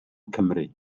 cymru